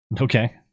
Okay